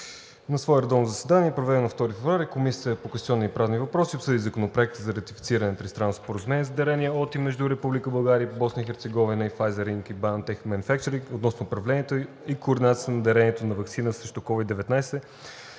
На свое редовно заседание, проведено на 2 февруари 2022 г., Комисията по конституционни и правни въпроси обсъди Законопроект за ратифициране на Тристранно споразумение за дарение от и между Република България и Босна и Херцеговина и Pfizer Inc. и BioNTech Manufacturing GmbH относно управлението и координацията на дарението на ваксина срещу COVID-19,